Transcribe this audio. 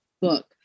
book